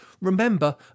Remember